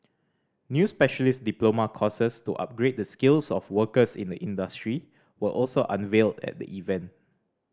new specialist diploma courses to upgrade the skills of workers in the industry were also unveiled at the event